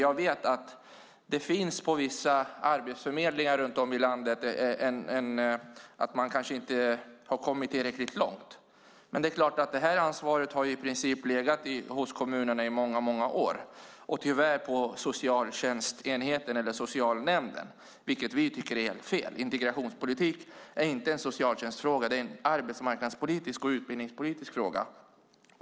Jag vet att man på vissa arbetsförmedlingar runt om i landet kanske inte har kommit tillräckligt långt. Men det här ansvaret har i princip legat hos kommunerna i väldigt många år - tyvärr hos socialnämnden. Det tycker vi är helt fel. Integrationspolitik är inte en socialtjänstfråga. Det är en arbetsmarknadspolitisk och utbildningspolitisk fråga.